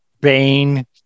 Bane